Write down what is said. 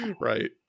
right